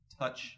touch